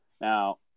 Now